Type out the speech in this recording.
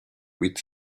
with